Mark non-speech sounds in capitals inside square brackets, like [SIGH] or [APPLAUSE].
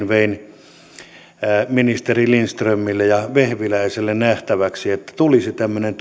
[UNINTELLIGIBLE] vein ministeri lindströmille ja vehviläiselle nähtäväksi että tulisi tämmöinen [UNINTELLIGIBLE]